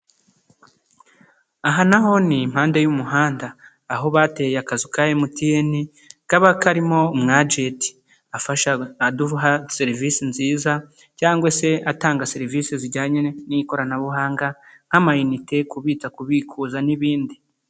Aha naho ni impande y'umuhanda aho bateye akazu ka mtn kaba karimo umwagenti afasha kuduha serivisi nziza cyangwa se atanga serivisi zijyanye n'ikoranabuhanga nk'amanite kubitsa, kubikuza n'ibindi.